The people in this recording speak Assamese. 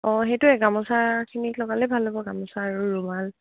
অঁ সেইটোৱে গামোচাখিনিত লগালে ভাল হ'ব গামোচা আৰু ৰুঙাল